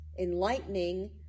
enlightening